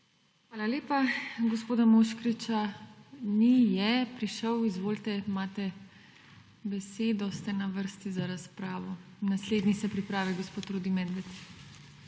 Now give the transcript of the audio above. Hvala lepa. Gospoda Moškriča ni… Je prišel. Izvolite, imate besedo. Ste na vrsti za razpravo. Naslednji se pripravi gospod Rudi Medved.